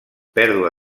pèrdua